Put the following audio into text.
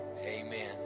Amen